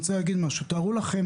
תארו לכם